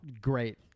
Great